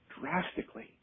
drastically